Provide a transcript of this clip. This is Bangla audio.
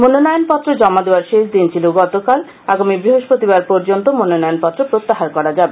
মনোনয়ন জমা দেওয়ার শেষ দিন ছিল গতকাল আগামী বৃহস্পতিবার পর্যন্ত মনোনয়নপত্র প্রত্যাহার করা যাবে